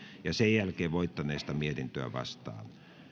ja sen jälkeen voittaneesta mietintöä vastaan